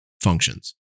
functions